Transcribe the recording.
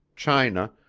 china,